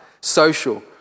social